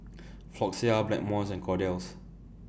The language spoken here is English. Floxia Blackmores and Kordel's